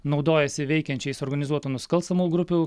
naudojasi veikiančiais organizuotų nusikalstamų grupių